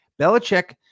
Belichick